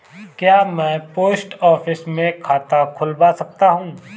क्या मैं post office में खाता खोल सकता हूँ?